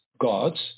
gods